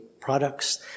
products